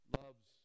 loves